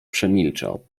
przemilczał